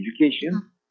education